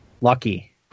Lucky